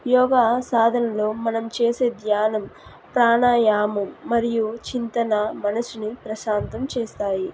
యోగా సాధనలో మనం చేసే ధ్యానం ప్రాణాయామం మరియు చింతన మనసుని ప్రశాంతం చేస్తాయి